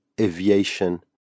aviation